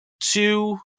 Two